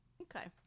Okay